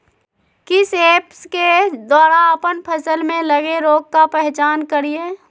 किस ऐप्स के द्वारा अप्पन फसल में लगे रोग का पहचान करिय?